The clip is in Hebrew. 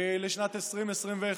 לשנת 2021,